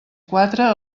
quatre